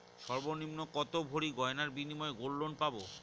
সর্বনিম্ন কত ভরি গয়নার বিনিময়ে গোল্ড লোন পাব?